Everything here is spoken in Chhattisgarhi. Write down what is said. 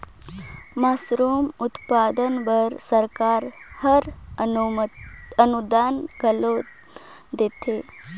मसरूम उत्पादन बर सरकार हर अनुदान घलो देथे